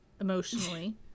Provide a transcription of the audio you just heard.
emotionally